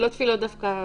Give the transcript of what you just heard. קיבלנו.